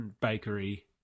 Bakery